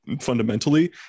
fundamentally